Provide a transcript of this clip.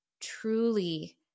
truly